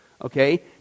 okay